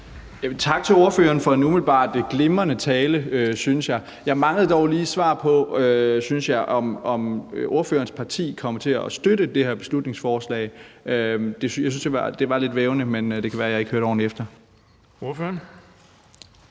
Tak til ordføreren for en umiddelbart glimrende tale, synes jeg. Jeg manglede dog lige svar på, om ordførerens parti kommer til at støtte det her beslutningsforslag. Jeg synes, det var lidt vævende, men det kan være, jeg ikke hørte ordentligt efter.